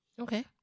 Okay